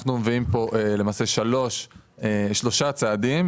אנחנו מביאים פה שלושה צעדים,